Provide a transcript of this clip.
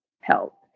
help